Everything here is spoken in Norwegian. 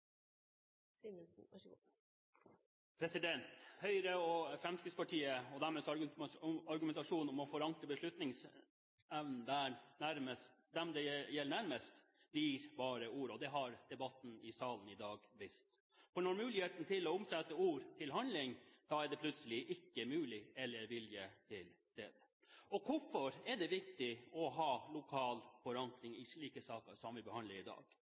og Fremskrittspartiets argumentasjon om å forankre beslutningsevnen hos den det gjelder mest, blir bare ord, det har debatten i salen i dag vist – for når muligheten kommer til å omsette ord til handling, er det plutselig ikke mulighet eller vilje til stede. Hvorfor er det viktig å ha lokal forankring i slike saker som vi behandler i dag?